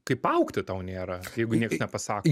kaip augti tau nėra jeigu nieks nepasak